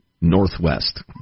Northwest